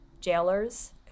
jailers